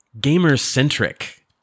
gamer-centric